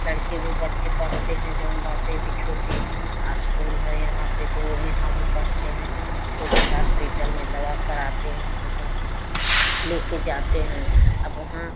लड़के भी बच्चे पढ़ते हैं जोन बाटे कि छोटी आसकूल हैं यहाँ पर तो यहाँ भी पढ़ते हैं जोन बा छोटी हॉस्पिटल में दवा कराते हैं ऊ कहते हैं लेकिन जाते हैं अब ओहाँ